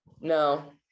no